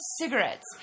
cigarettes